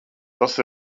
tas